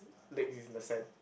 leg is in the sand